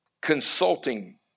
consulting